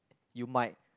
you might